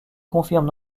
confirme